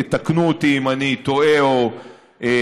ויתקנו אותי אם אני טועה או מטעה.